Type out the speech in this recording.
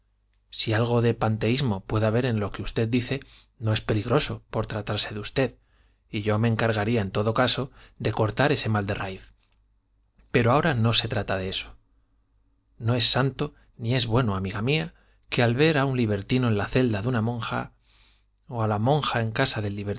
si algo de panteísmo puede haber en lo que usted dice no es peligroso por tratarse de usted y yo me encargaría